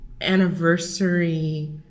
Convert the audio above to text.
anniversary